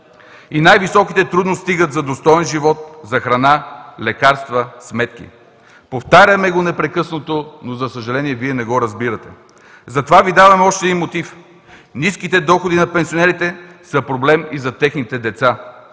И най-високите трудно стигат за достоен живот, за храна, лекарства, сметки. Повтаряме го непрекъснато, но, за съжаление, Вие не го разбирате. Затова Ви даваме още един мотив – ниските доходи на пенсионерите са проблем и за техните деца.